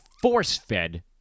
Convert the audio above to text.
force-fed